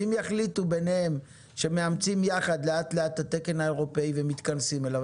אם יחליטו ביניהם שמאמצים יחד לאט-לאט את התקן האירופי ומתכנסים אליו,